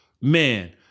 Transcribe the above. man